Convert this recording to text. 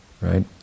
right